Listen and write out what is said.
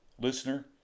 Listener